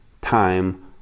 time